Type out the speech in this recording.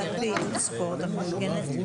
אחת לשלוש שנים הרופאים צריכים לעשות ריענון.